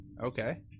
Okay